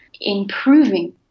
improving